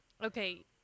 okay